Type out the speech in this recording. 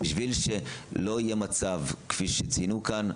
כדי שלא יהיה מצב כפי שציינו כאן,